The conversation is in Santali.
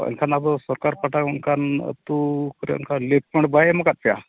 ᱮᱱᱠᱷᱟᱱ ᱟᱫᱚ ᱥᱚᱨᱠᱟᱨ ᱯᱟᱦᱴᱟ ᱠᱷᱚᱱ ᱚᱱᱠᱟᱱ ᱟᱛᱳ ᱠᱚᱨᱮᱜ ᱚᱱᱠᱟ ᱞᱤᱥᱴ ᱵᱟᱭ ᱮᱢ ᱠᱟᱜ ᱯᱮᱭᱟ